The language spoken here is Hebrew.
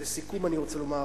לסיכום אני רוצה לומר